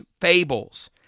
fables